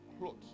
clothes